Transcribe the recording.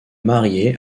marié